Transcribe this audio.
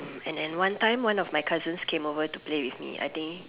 and then one time one of my cousin came over to play with me I think